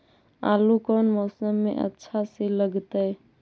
आलू कौन मौसम में अच्छा से लगतैई?